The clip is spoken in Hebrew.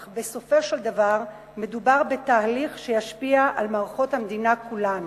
אך בסופו של דבר מדובר בתהליך שישפיע על מערכות המדינה כולן.